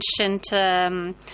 ancient